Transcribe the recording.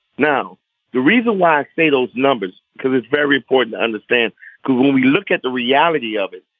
now the reason why i say those numbers because it's very important to understand google we look at the reality of it.